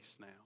now